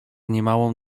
niemałą